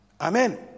Amen